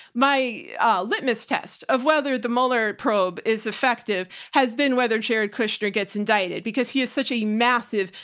my litmus test of whether the mueller probe is effective has been whether jared kushner gets indicted because he has such a massive,